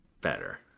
better